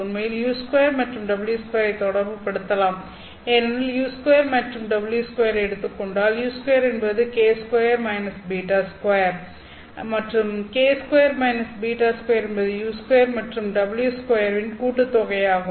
உண்மையில் u2 மற்றும் w2 ஐ தொடர்புபடுத்தலாம் ஏனெனில் u2 மற்றும் w2 ஐ எடுத்துக் கொண்டால் u2 என்பது k2-β2 மற்றும் k2-β2 என்பது u2 மற்றும் w2 வின் கூட்டுத்தொகை ஆகும்